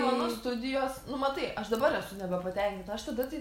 mano studijos nu matai aš dabar aš nebepatenkinta aš tada tai